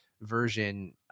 version